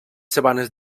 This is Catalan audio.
sabanes